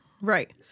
right